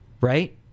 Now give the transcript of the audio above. right